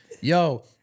yo